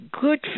good